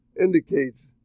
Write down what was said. indicates